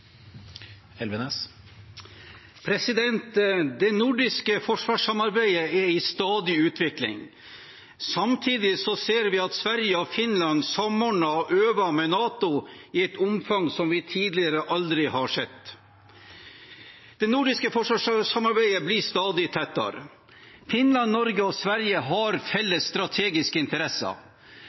og fred. Det nordiske forsvarssamarbeidet er i stadig utvikling. Samtidig ser vi at Sverige og Finland samordner og øver med NATO i et omfang som vi aldri har sett tidligere. Det nordiske forsvarssamarbeidet blir stadig tettere. Finland, Norge og Sverige har felles strategiske interesser.